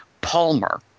Palmer